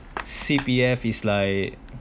C_P_F is like